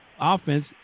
offense